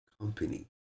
company